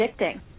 addicting